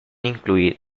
incluir